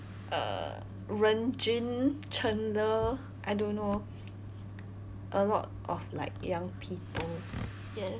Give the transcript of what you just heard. uh ren jun chen le I don't know a lot of like young people yeah